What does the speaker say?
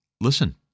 listen